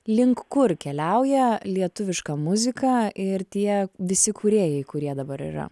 link kur keliauja lietuviška muzika ir tie visi kūrėjai kurie dabar yra